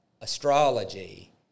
astrology